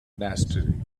monastery